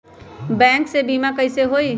Bank से बिमा कईसे होई?